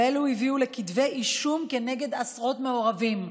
ואלו הביאו לכתבי אישום כנגד עשרות מעורבים.